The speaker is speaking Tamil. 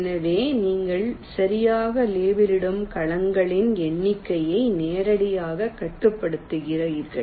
எனவே நீங்கள் சரியாக லேபிளிடும் கலங்களின் எண்ணிக்கையை நேரடியாக கட்டுப்படுத்துகிறீர்கள்